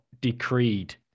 decreed